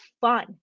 fun